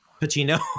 Pacino